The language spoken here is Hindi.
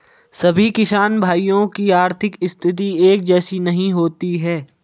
सभी किसान भाइयों की आर्थिक स्थिति एक जैसी नहीं होती है